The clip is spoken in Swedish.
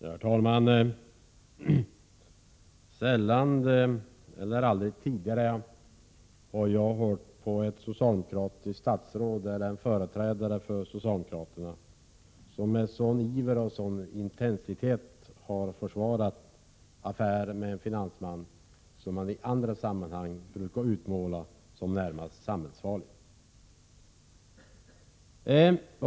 Herr talman! Sällan eller aldrig har jag hört ett socialdemokratiskt statsråd eller en företrädare för socialdemokraterna med en sådan iver och en sådan intensitet försvara en affär med en finansman som i andra sammanhang brukar utmålas som närmast samhällsfarlig.